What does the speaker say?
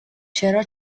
چرا